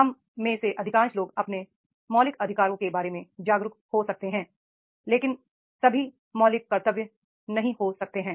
हम में से अधिकांश लोग अपने मौलिक अधिकारों के बारे में जागरूक हो सकते हैं लेकिन सभी मौलिक कर्तव्य नहीं हो सकते हैं